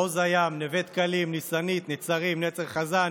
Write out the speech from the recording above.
מעוז הים, נווה דקלים, ניסנית, נצרים, נצר חזני,